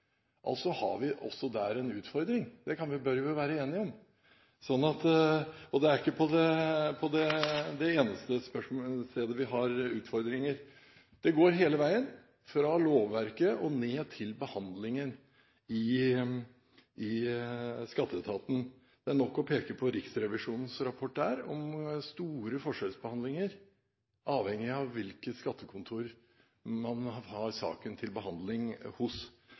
altså også her en utfordring. Det bør vi vel være enige om. Dette er ikke det eneste spørsmålsstedet hvor vi har utfordringer. Det gjelder hele veien, fra lovverket og ned til behandlingen i skatteetaten. Det er nok å peke på Riksrevisjonens rapport om store forskjellsbehandlinger, avhengig av ved hvilket skattekontor man har saken til behandling.